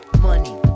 Money